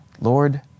Lord